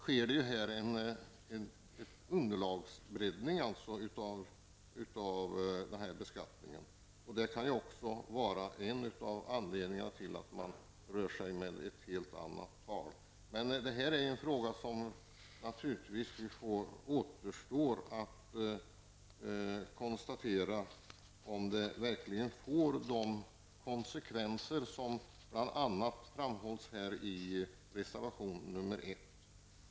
Vidare sker här en breddning av underlaget för beskattningen. Det kan vara en av anledningarna till att man rör sig med helt andra tal. Det återstår naturligtvis att konstatera om detta förslag verkligen får de konsekvenser som bl.a. framhålls i reservation nr 1.